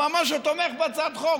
והוא אמר לי שהוא תומך בהצעת החוק,